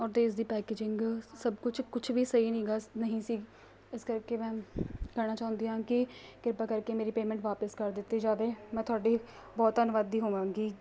ਔਰ ਅਤੇ ਇਸਦੀ ਪੈਕੇਜਿੰਗ ਸਭ ਕੁਛ ਕੁਛ ਵੀ ਸਹੀ ਨਹੀਂ ਗਾ ਨਹੀਂ ਸੀ ਇਸ ਕਰਕੇ ਮੈਂ ਕਹਿਣਾ ਚਾਹੁੰਦੀ ਹਾਂ ਕਿ ਕਿਰਪਾ ਕਰਕੇ ਮੇਰੀ ਪੇਮੈਂਟ ਵਾਪਸ ਕਰ ਦਿੱਤੀ ਜਾਵੇ ਮੈਂ ਤੁਹਾਡੀ ਬਹੁਤ ਧੰਨਵਾਦੀ ਹੋਵਾਂਗੀ